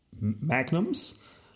Magnums